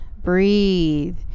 breathe